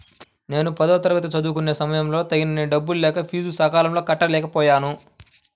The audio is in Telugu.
నేను పదవ తరగతి చదువుకునే సమయంలో తగినన్ని డబ్బులు లేక ఫీజులు సకాలంలో కట్టలేకపోయాను